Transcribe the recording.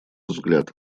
взгляд